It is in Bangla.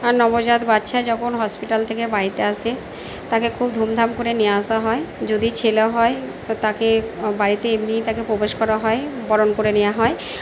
নবজাত বাচ্চা যখন হসপিটাল থেকে বাড়িতে আসে তাকে খুব ধুমধাম করে নিয়ে আসা হয় যদি ছেলে হয় তো তাকে বাড়িতে এমনিই তাকে প্রবেশ করা হয় বরণ করে নেওয়া হয়